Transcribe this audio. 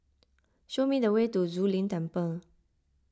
show me the way to Zu Lin Temple